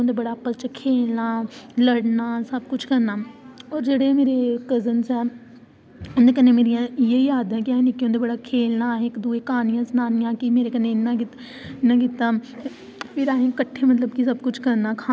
अस खेलदे हे क्रिकेट बगैरा फुटबाल बगैरा संतोलिया बगैरा बांह्टे बगैरा बड़ा किश खेलदे हे और इक बार केह् होआ कि में बाहर खेलने आस्तै गेई और उद्धर बड़ा मजा आया मतलब